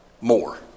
more